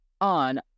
on